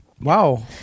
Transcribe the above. Wow